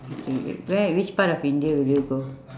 okay where which part of india will you go